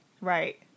Right